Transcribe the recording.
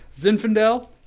Zinfandel